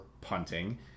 punting